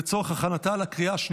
הצעת חוק ההוצאה לפועל